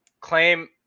claim